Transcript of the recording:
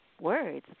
words